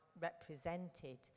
represented